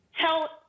tell